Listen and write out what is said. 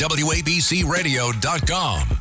wabcradio.com